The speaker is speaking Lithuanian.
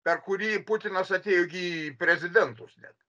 per kurį putinas atėjo gi į prezidentus net